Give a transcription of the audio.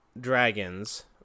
dragons